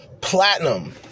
Platinum